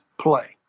play